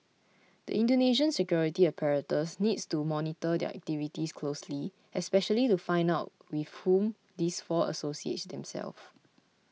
the Indonesian security apparatus needs to monitor their activities closely especially to find out with whom these four associate themselves